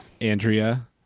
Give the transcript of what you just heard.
Andrea